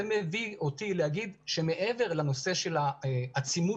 זה מביא אותי לומר שמעבר לנושא של העצימות